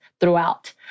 throughout